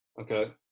Okay